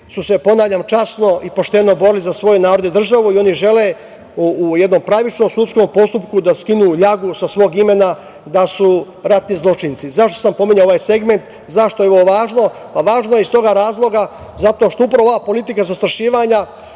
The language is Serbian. su se, ponavljam, časno i pošteno borili za svoj narod i državu i žele u jednom pravičnom sudskom postupku da skinu ljagu sa svog imena da su ratni zločinci.Zašto sam pominjao ovaj segment, zašto je ovo važno? Važno je iz tog razloga zato što ova politika zastrašivanja